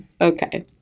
Okay